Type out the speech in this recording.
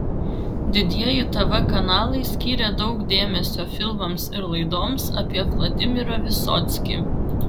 didieji tv kanalai skyrė daug dėmesio filmams ir laidoms apie vladimirą vysockį